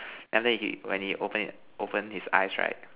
then after that he when he open open his eyes right